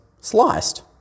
sliced